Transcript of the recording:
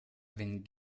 wenn